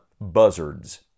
buzzards